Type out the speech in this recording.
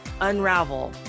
unravel